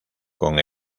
con